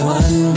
one